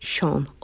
Sean